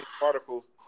particles